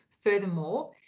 Furthermore